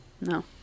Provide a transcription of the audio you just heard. No